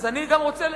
אני גם רוצה